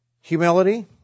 humility